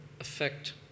affect